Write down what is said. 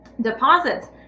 deposits